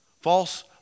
false